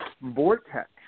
vortex